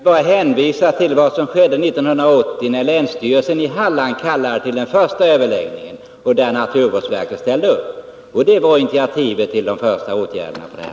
Herr talman! Jag ville bara hänvisa till vad som skedde 1980, när länsstyrelsen i Halland kallade till den första överläggningen, varvid naturvårdsverket ställde upp. Det var då initiativet till de första åtgärderna togs.